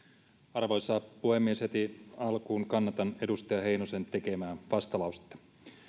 arvoisa puhemies heti alkuun kannatan edustaja heinosen tekemää vastalausetta